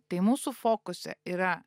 tai mūsų fokuse yra